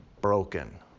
broken